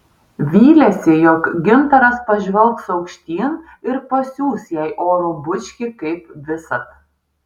vylėsi jog gintaras pažvelgs aukštyn ir pasiųs jai oro bučkį kaip visad